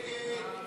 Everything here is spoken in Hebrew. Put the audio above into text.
ההסתייגות?